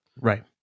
Right